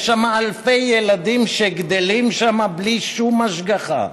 יש שם אלפי ילדים שגדלים בלי שום השגחה.